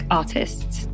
artists